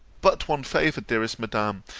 but one favour, dearest madam,